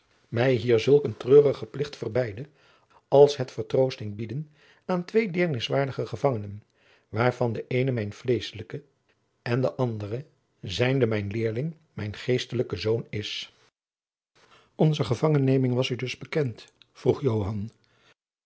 mij hier zulk een treurige plicht verbeidde als het vertroosting bieden aan twee deerniswaardige gevangenen waarvan de een mijn vleeschelijke en de andere zijnde mijn leerling mijn geestelijke zoon is onze gevangenneming was u dus bekend vroeg